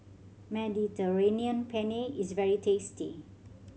Mediterranean Penne is very tasty